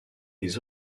des